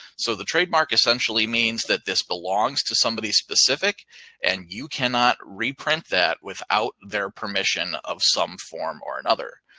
so the trademark essentially means that this belongs to somebody specific and you cannot reprint that without their permission of some form or another.